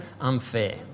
unfair